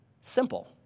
Simple